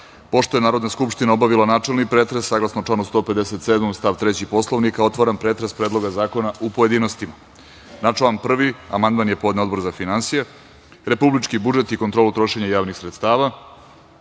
je Narodna skupština obavila načelni pretres, saglasno članu 157. stav 3. Poslovnika, otvaram pretres Predloga zakona u pojedinostima. Na član 1. amandman je podneo Odbor za finansije, republički budžet i kontrolu trošenja javnih